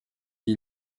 ils